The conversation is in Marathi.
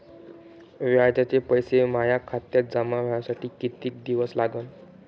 व्याजाचे पैसे माया खात्यात जमा व्हासाठी कितीक दिवस लागन?